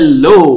Hello